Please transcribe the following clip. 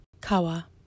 Kawa